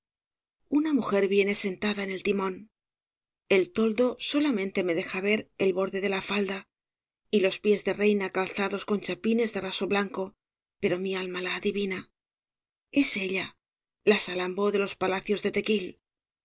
una mujer viene sentada al timón el toldo solamente me deja ver el borde de la falda y los pies de reina calzados con chapines de raso blanco pero mi alma la adivina es ella la salambó de los palacios de tequil